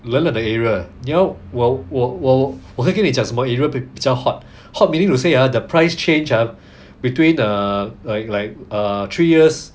冷冷的 area 你要我我我我可以跟你讲什么 area 比较 hot hot meaning to say the price change are between err err like err three years